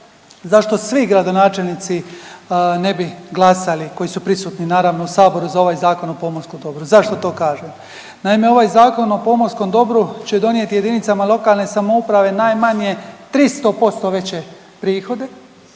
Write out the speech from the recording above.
zašto svi gradonačelnici ne bi glasali koji su prisutni naravno u saboru za ovaj Zakon o pomorskom dobru. Zašto to kažem? Naime, ovaj Zakon o pomorskom dobru će donijeti JLS najmanje 300% veće prihode